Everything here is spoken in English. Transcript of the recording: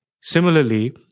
Similarly